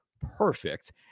perfect